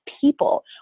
people